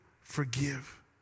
Forgive